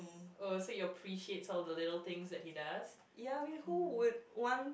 ya I mean who would want